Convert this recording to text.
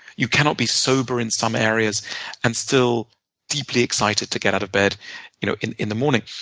you cannot be sober in some areas and still deeply excited to get out of bed you know in in the morning.